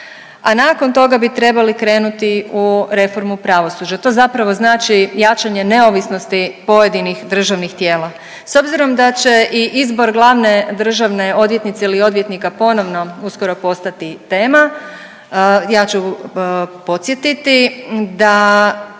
a nakon toga bi trebali krenuti u reformu pravosuđa. To zapravo znači jačanje neovisnosti pojedinih državnih tijela. S obzirom da će i izbor glavne državne odvjetnice ili odvjetnika ponovno uskoro postati tema ja ću podsjetiti da